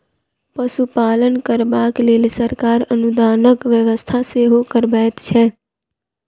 पशुपालन करबाक लेल सरकार अनुदानक व्यवस्था सेहो करबैत छै